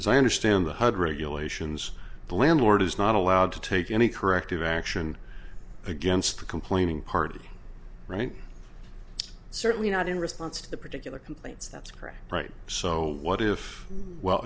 as i understand the hood regulations the landlord is not allowed to take any corrective action against the complaining party right certainly not in response to the particular complaints that's correct right so what if well